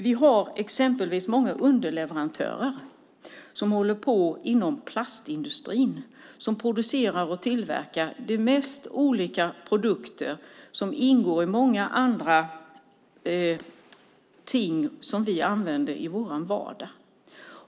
Vi har exempelvis många underleverantörer inom plastindustrin som producerar och tillverkar de mest olika produkter som ingår i andra ting som vi använder i vår vardag.